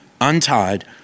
untied